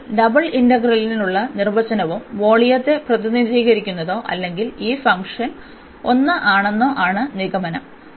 അതിനാൽ ഡബിൾ ഇന്റഗ്രലിനുള്ള നിർവചനവും വോളിയത്തെ പ്രതിനിധീകരിക്കുന്നതോ അല്ലെങ്കിൽ ഈ ഫംഗ്ഷൻ 1 ആണെന്നോ ആണ് നിഗമനം